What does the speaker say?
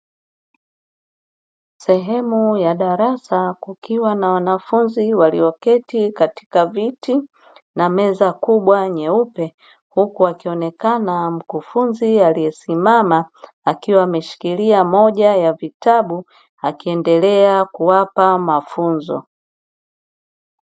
Sehemu ya darasa kukiwa na wanafunzi walioketi katika viti na meza kubwa nyeupe, huku akionekana mkufunzi aliyesimama akiwa ameshikilia moja ya vitabu akiendelea kuwapa mafunzo.